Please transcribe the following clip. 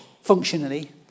functionally